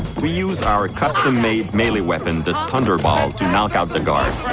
we use our custom made melee weapon, the thunderball, to knock out the guard.